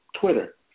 Twitter